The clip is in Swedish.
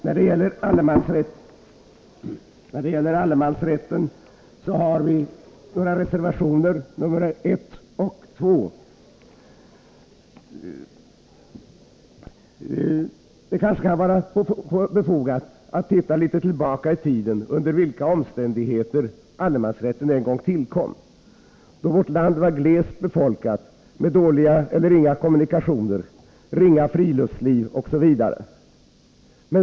Herr talman! När det gäller allemansrätten har vi avgivit två reservationer, nr 1 och 2. Det kan kanske vara befogat att titta litet tillbaka i tiden och studera under vilka omständigheter som allemansrätten en gång tillkom. Vårt land var då glest befolkat med dåliga eller inga kommunikationer, friluftslivet ringa, osv.